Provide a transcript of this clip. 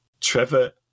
Trevor